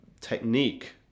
technique